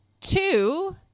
Two